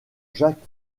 jack